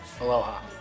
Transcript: aloha